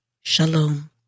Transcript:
Shalom